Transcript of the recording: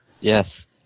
Yes